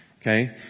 Okay